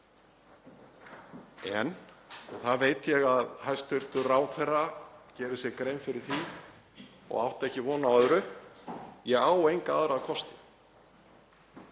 en, og ég veit að hæstv. ráðherra gerir sér grein fyrir því og átti ekki von á öðru, ég á enga aðra kosti.